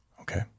Okay